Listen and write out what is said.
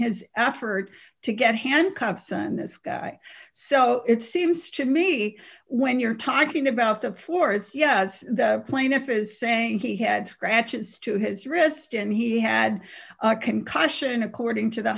his effort to get handcuffs and this guy so it seems to me when you're talking about the force yes the plaintiff is saying he had scratches to his wrist and he had a concussion according to the